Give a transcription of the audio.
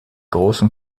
großen